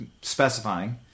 specifying